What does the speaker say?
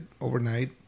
overnight